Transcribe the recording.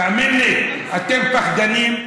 תאמין לי, אתם פחדנים.